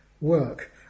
work